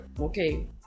Okay